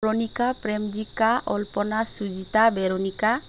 Ranika Premjika Alpana Sujitha Bernika